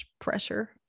pressure